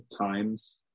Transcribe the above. times